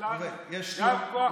לנו גם כוח אדם,